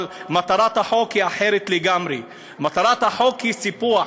אבל מטרת החוק היא אחרת לגמרי: מטרת החוק היא סיפוח,